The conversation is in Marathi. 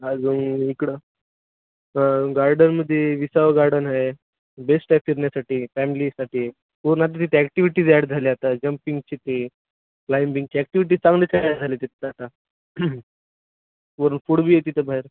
अजून इकडं गार्डनमध्ये विसावा गार्डन आहे बेस्ट आहे फिरण्यासाठी फॅमिलीसाठी पूर्ण आता तिथे ॲटिव्हिटीज ॲड झाले आता जंपिंगची ते क्लाइम्बिंगची ॲक्टिविटीज चांगले तयार झाले तिथं आता वरून फूड बी आहे तिथं बाहेर